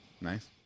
Nice